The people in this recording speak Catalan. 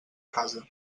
casa